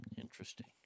Interesting